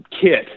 kit